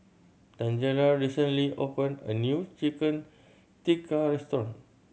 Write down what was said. Tangela recently opened a new Chicken Tikka restaurant